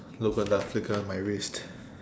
look at the flick of my wrist